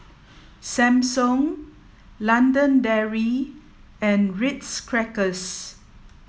Samsung London Dairy and Ritz Crackers